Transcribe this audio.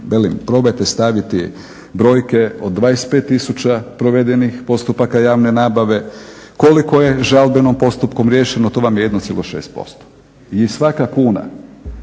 probajte staviti brojke od 25 tisuća provedenih postupaka javne nabave, koliko je žalbenim postupkom riješeno, to vam je 1,6%. I svaka kuna